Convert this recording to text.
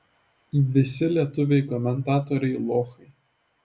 visi lietuviai komentatoriai lochai